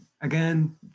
again